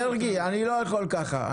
מרגי, אני לא יכול ככה.